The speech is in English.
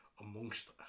amongst